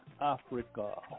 Africa